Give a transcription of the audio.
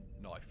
knife